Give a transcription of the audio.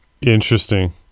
Interesting